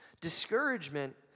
Discouragement